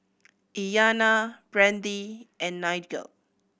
Iyanna Brandee and Nigel